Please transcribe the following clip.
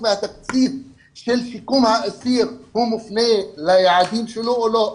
מהתקציב של שיקום האסיר מופנה ליעדים שלו או לא.